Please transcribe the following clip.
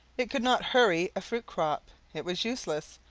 it could not hurry a fruit crop it was useless,